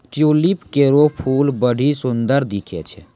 tulip केरो फूल बड्डी सुंदर दिखै छै